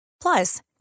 Plus